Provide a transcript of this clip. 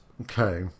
Okay